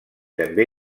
també